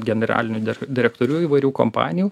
generalinių direktorių įvairių kompanijų